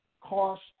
cost